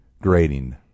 Grading